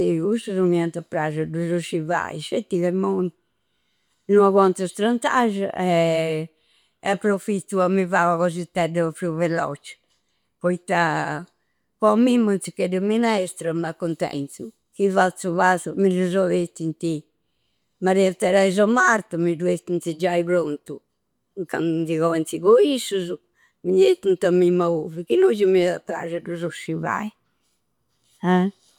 De cussu non mi anta a du sci fai, scetti ca immoi no aguantu a strantascia. Approfittu a mi fai ua cosittedda pru vellocci. Poitta, po a mimma, u ziccheddu e minestra e m'accuntentu. Chi fattu, fattu, mi dusu ettinti Maria Teresa o Marta, mi du ettinti giai prontu. Candu di cointi po issusu, di ettinti a mimma pura. Chi no già mi ada a prasci a du sci fai, ah!